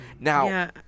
Now